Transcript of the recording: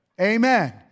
Amen